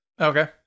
Okay